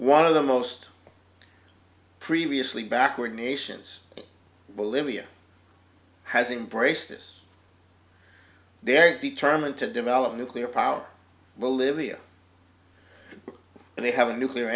one of the most previously backward nations bolivia has embraced this they're determined to develop nuclear power bolivia and they have a nuclear